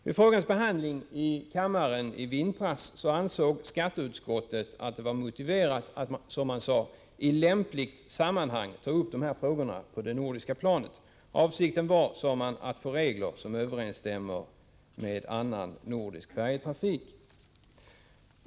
Vid frågans behandling i kammaren i vintras ansåg skatteutskottet att det var motiverat att i lämpligt sammanhang ta upp dessa frågor på det nordiska planet. Avsikten skulle vara att få regler som överensstämmer med annan nordisk färjetrafik.